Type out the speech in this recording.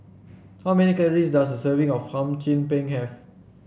how many calories does a serving of Hum Chim Peng have